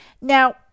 Now